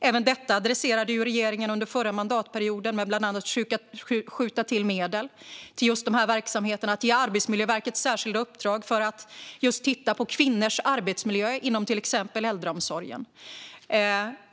Även detta adresserade regeringen under förra mandatperioden genom att bland annat skjuta till medel till just dessa verksamheter och att ge Arbetsmiljöverket särskilda uppdrag för att titta på kvinnors arbetsmiljö inom till exempel äldreomsorgen.